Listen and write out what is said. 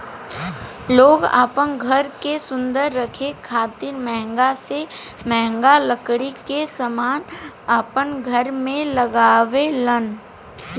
लोग आपन घर के सुंदर रखे खातिर महंगा से महंगा लकड़ी के समान अपन घर में लगावे लेन